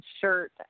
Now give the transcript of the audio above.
shirt